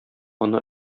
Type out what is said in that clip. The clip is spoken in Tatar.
ана